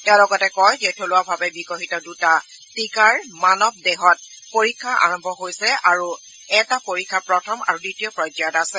তেওঁ লগতে কয় যে থলুৱাভাৱে বিকশিত দুটা টীকাৰ মানৱ দেহত পৰীক্ষা আৰম্ভ হৈছে আৰু এই পৰীক্ষা প্ৰথম আৰু দ্বিতীয় পৰ্যায়ত আছে